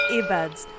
Earbuds